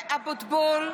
אבוטבול,